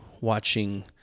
watching